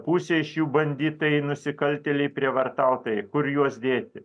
pusė iš jų banditai nusikaltėliai prievartautojai kur juos dėti